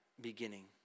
beginning